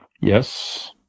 Yes